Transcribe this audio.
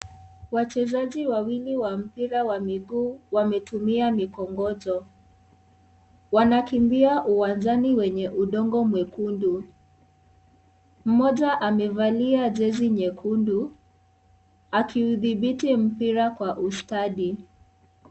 Wachezaji wawili wa mpira wa miguu wametumia mikongojo. Wanakimbia uwanjani wenye udongo mwekundu. Mmoja amevalia jezi nyekundu akiudhibiti mpira kwa ustadi.